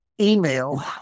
email